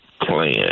plan